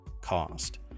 cost